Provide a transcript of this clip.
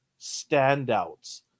standouts